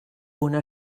una